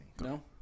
no